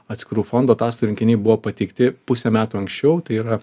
atskirų fondo ataskaitų rinkiniai buvo pateikti pusę metų anksčiau tai yra